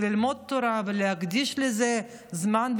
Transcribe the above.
ללמוד תורה ולהקדיש לזה זמן,